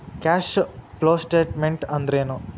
Cash flow statement ಅಂದ್ರೇನು?